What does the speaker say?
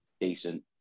decent